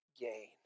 gain